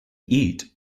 eat